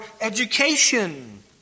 education